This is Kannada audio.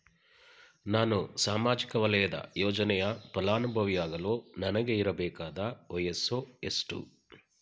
ನಾನು ಸಾಮಾಜಿಕ ವಲಯದ ಯೋಜನೆಯ ಫಲಾನುಭವಿಯಾಗಲು ನನಗೆ ಇರಬೇಕಾದ ವಯಸ್ಸುಎಷ್ಟು?